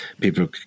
people